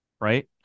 right